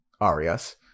arias